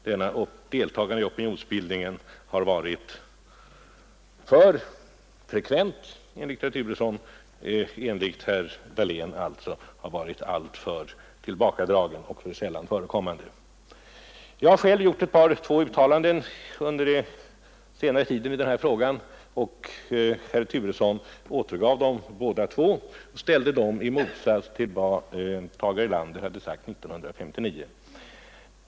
Det deltagande i opinionsbildningen som enligt herr Turesson har varit för frekvent har enligt herr Dahlén tvärtom varit alltför tillbakadraget och för sällan förekommande. Jag har själv gjort två uttalanden under senare tid i den här frågan; herr Turesson återgav dem båda och ställde dem i motsats till vad Tage Erlander hade sagt 1959.